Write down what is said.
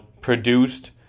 Produced